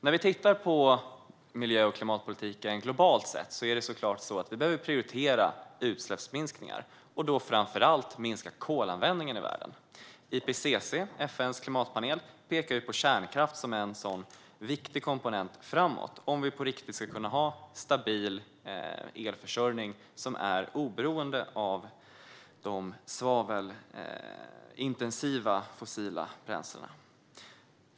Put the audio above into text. När vi tittar på miljö och klimatpolitiken globalt sett ser vi att vi såklart behöver prioritera utsläppsminskningar, och då framför allt minska kolanvändningen i världen. IPCC, FN:s klimatpanel, pekar på kärnkraft som en viktig komponent framöver om vi på riktigt ska kunna ha en stabil elförsörjning som är oberoende av de svavelintensiva fossila bränslena.